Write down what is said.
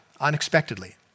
unexpectedly